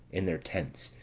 in their tents,